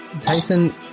Tyson